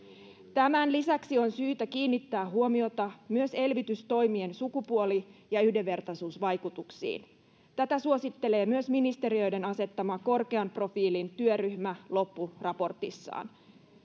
tämän lisäksi on syytä kiinnittää huomiota myös elvytystoimien sukupuoli ja yhdenvertaisuusvaikutuksiin tätä suosittelee myös ministeriöiden asettama korkean profiilin työryhmä loppuraportissaan